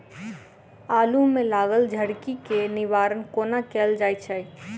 आलु मे लागल झरकी केँ निवारण कोना कैल जाय छै?